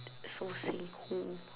so 辛苦